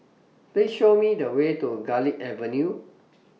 Please Show Me The Way to Garlick Avenue